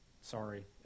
sorry